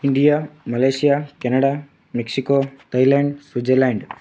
India Malaysia Canada Mexico Thailand Switzerland